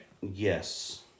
Yes